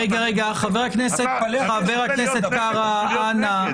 חבר הכנסת קארה, אנה.